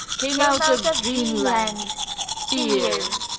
came out of dream-land fear,